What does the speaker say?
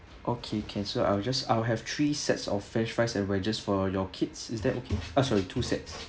okay can so I'll just I'll have three sets of french fries and wedges for your kids is that ah sorry two sets